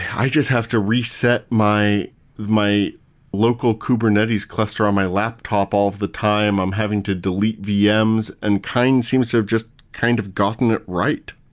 i just have to reset my my local kubernetes cluster on my laptop all of the time. i'm having to delete vm's, and kind seems of just kind of gotten it right